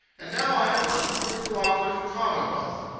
and now i am working for the co-operative commonwealth.